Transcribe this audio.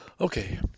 Okay